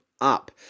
up